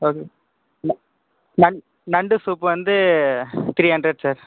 okay நண் நண்டு soup வந்து த்ரீ ஹண்ட்ரட் சார்